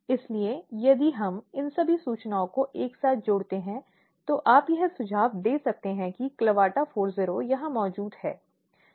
इसलिएयदि हम इन सभी सूचनाओं को एक साथ जोड़ते हैं तो आप यह सुझाव दे सकते हैं कि CLAVATA40 यहाँ मौजूद है